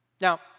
Now